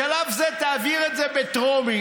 בשלב זה תעביר את זה בטרומית,